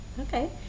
Okay